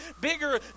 bigger